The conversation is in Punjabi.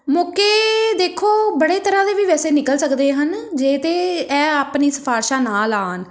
ਮੌਕੇ ਦੇਖੋ ਬੜੇ ਤਰ੍ਹਾਂ ਦੇ ਵੀ ਵੈਸੇ ਨਿਕਲ ਸਕਦੇ ਹਨ ਜੇ ਤਾਂ ਇਹ ਆਪਣੀ ਸਿਫਾਰਿਸ਼ਾ ਨਾ ਲਗਾਉਣ